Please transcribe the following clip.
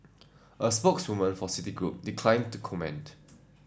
a spokeswoman for Citigroup declined to comment